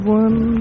one